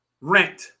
rent